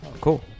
Cool